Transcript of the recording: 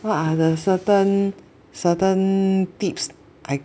what are the certain certain tips I